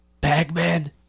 Bagman